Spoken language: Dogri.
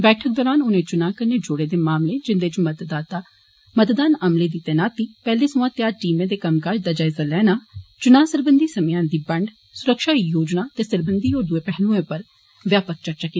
बैठक दरान उनें चुनां कन्नै जुड़े दे मामलें जिंदे च मतदान अमले दी तैनाती पैह्ले थमां तैआर टीमें दे कम्मकाज दा जायजा लैना चुनां सरबंधी समेयान दी बंड सुरक्षा योजना ते सरबंधी होर दुए पैहलुएं उप्पर चर्चा होई